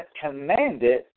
commanded